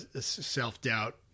self-doubt